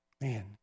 Man